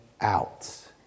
out